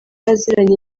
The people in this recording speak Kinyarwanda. aziranye